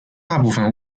大部份